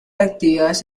actividades